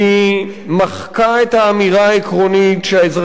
היא מחקה את האמירה העקרונית שהאזרחים